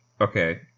Okay